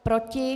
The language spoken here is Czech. Proti?